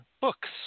books